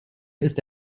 ist